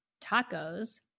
tacos